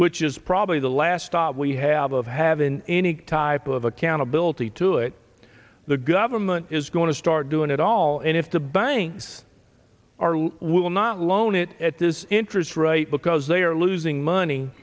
which is probably the last stop we have of having any type of accountability to it the government is going to start doing it all and if the banks are will not loan it at this interest rate because they are losing money